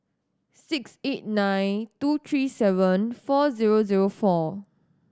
six eight nine two three seven four zero zero four